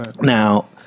Now